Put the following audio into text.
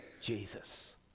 Jesus